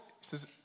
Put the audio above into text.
says